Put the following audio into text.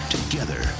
Together